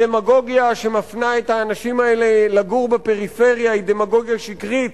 הדמגוגיה שמפנה את האנשים האלה לגור בפריפריה היא דמגוגיה שקרית,